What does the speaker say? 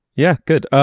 yeah. good.